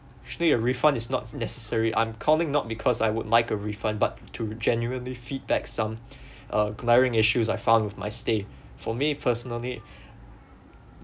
actually a refund is not necessary I'm calling not because I would like a refund but to genuinely feedback some uh glaring issues I found with my stay for me personally